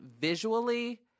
visually